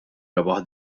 rebaħ